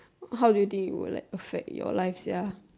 how do you think it will like affect your life sia